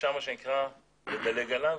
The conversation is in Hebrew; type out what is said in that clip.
אפשר, מה שנקרא, לדלג עליו.